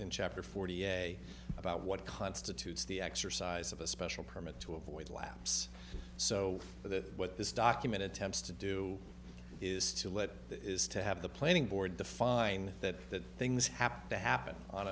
in chapter forty a about what constitutes the exercise of a special permit to avoid lapse so that what this document attempts to do is to let is to have the planning board define that things have to happen on